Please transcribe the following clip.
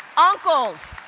uncles,